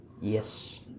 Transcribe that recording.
yes